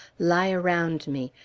lie around me,